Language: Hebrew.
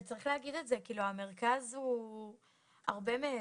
וצריך להגיד את זה, המרכז הוא הרבה מעבר.